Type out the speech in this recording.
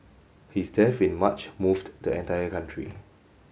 his death in March moved the entire country